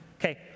Okay